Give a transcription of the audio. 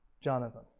Jonathan